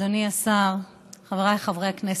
אדוני השר, חבריי חברי הכנסת,